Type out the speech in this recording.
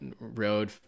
road